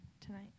tonight